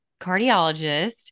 cardiologist